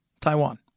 Taiwan